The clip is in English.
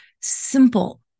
simple